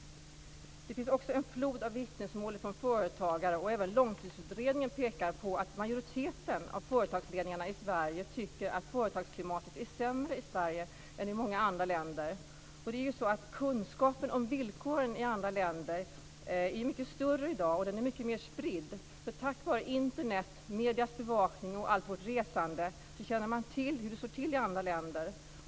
Det finns också en flod av vittnesmål från företagare - även långtidsutredningen pekar på det - om att majoriteten av företagsledningarna i Sverige tycker att företagsklimatet är sämre i Sverige än i många andra länder. Kunskapen om villkoren i andra länder är ju i dag mycket större och mycket mer spridd, för tack vare Internet, mediernas bevakning och allt vårt resande känner vi till hur det står till i andra länder.